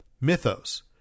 mythos